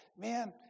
man